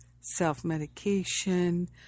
self-medication